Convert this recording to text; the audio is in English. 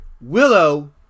Willow